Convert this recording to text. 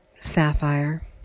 sapphire